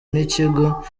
n’ikigo